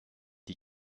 die